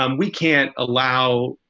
um we can't allow